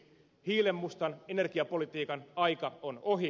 hiilenmustan energiapolitiikan aika on ohi